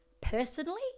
personally